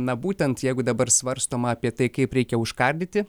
na būtent jeigu dabar svarstoma apie tai kaip reikia užkardyti